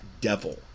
devil